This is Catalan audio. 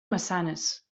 massanes